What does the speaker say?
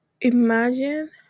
imagine